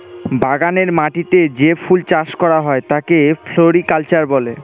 বাগানের মাটিতে যে ফুল চাষ করা হয় তাকে ফ্লোরিকালচার বলে